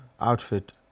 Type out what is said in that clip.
outfit